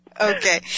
Okay